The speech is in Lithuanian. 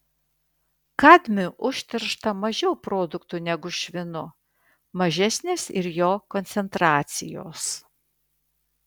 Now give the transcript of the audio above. kadmiu užteršta mažiau produktų negu švinu mažesnės ir jo koncentracijos